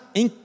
em